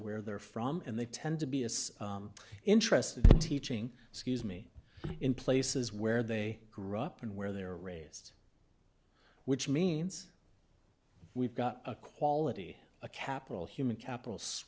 where they're from and they tend to be as interested in teaching excuse me in places where they grew up and where they're raised which means we've got a quality a capital human capital